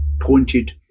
pointed